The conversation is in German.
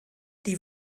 die